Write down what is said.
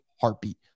heartbeat